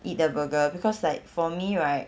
eat the burger because like for me right